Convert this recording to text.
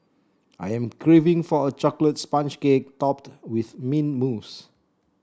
I am craving for a chocolate sponge cake topped with mint mousse